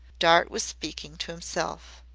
dart was speaking to himself.